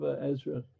Ezra